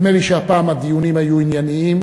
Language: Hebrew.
נדמה לי שהפעם הדיונים היו ענייניים,